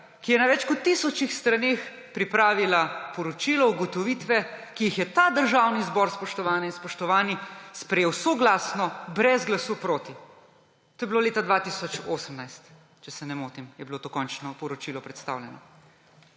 ki je na več kot tisočih straneh pripravila poročilo, ugotovitve, ki jih je Državni zbor, spoštovane in spoštovani, sprejel soglasno brez glasu proti. To je bilo leta 2018, če se ne motim, je bilo to končno poročilo predstavljeno.